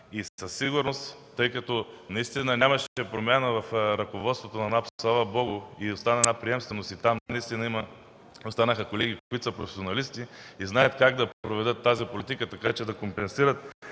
„Митници” и НАП. Тъй като наистина нямаше промяна в ръководството на НАП, слава Богу, и остана една приемственост – там останаха колеги, които са професионалисти и знаят как да проведат тази политика, така че да компенсират